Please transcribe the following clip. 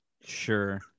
Sure